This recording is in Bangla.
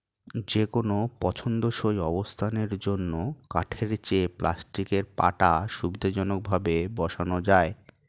যেকোনো পছন্দসই অবস্থানের জন্য কাঠের চেয়ে প্লাস্টিকের পাটা সুবিধাজনকভাবে বসানো যায়